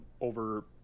over